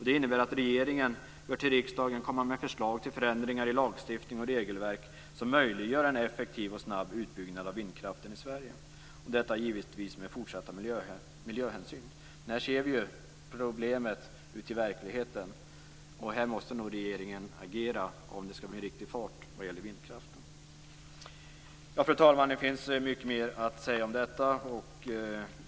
Det innebär att regeringen bör komma med förslag till riksdagen om förändringar i lagstiftning och regelverk som möjliggör en effektiv och snabb utbyggnad av vindkraften i Sverige. Detta skall givetvis ske samtidigt som man fortsätter att ta hänsyn till miljön. Här ser vi problemen ute i verkligheten, och här måste nog regeringen agera om det skall bli någon riktig fart på vindkraften. Fru talman! Det finns mycket mer att säga om detta.